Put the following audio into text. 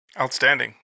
Outstanding